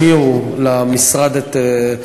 אז אני מציע שכולם ישמיעו למשרד את הדברים.